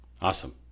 Awesome